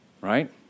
right